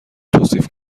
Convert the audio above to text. توصیف